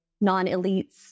non-elites